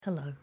hello